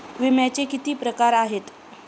विम्याचे किती प्रकार आहेत?